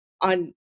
on